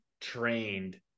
trained